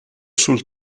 sul